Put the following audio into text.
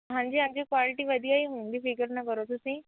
ਹਾਂਜੀ ਹਾਂਜੀ ਕੁਆਲਿਟੀ ਵਧੀਆ ਹੀ ਹੋਊੰਗੀ ਫਿਕਰ ਨਾ ਕਰੋ ਤੁਸੀਂ